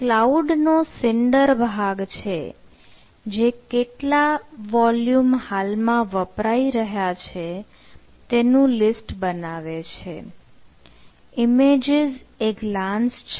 આ કલાઉડ નો સિન્ડર ભાગ છે જે કેટલા વોલ્યુમ છે